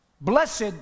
Blessed